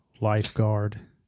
lifeguard